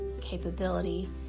capability